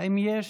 האם יש?